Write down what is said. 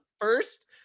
first